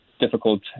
difficult